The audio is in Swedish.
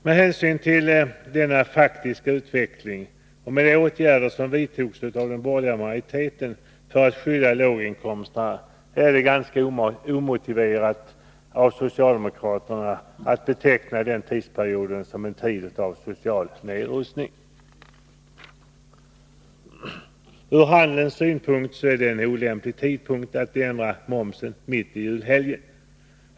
Med hänsyn till denna faktiska utveckling och med tanke på de åtgärder som vidtogs av den borgerliga majoriteten för att skydda låginkomsttagarna är det ganska omotiverat att, som socialdemokraterna gör, tala om tidsperioden som en tid med social nedrustning. Från handelns synpunkt är det olämpligt att ändra momsen under julhelgen.